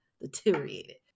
deteriorated